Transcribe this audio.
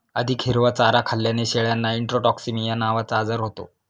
अधिक हिरवा चारा खाल्ल्याने शेळ्यांना इंट्रोटॉक्सिमिया नावाचा आजार होतो